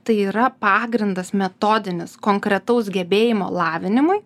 tai yra pagrindas metodinis konkretaus gebėjimo lavinimui